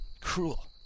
cruel